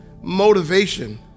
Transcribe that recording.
motivation